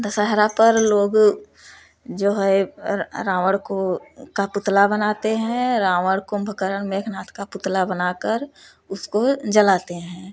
दशहरा पर लोग जो है रावण को का पुतला बनाते हैं रावण कुंभकरण मेघनाद का पुतला बनाकर उसको जलाते हैं